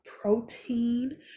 protein